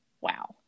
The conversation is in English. Wow